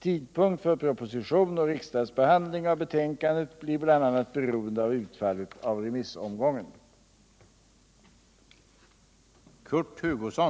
Tidpunkt för proposition och riksdagsbehandling av betänkandet blir bl.a. beroende av utfallet av remissomgången.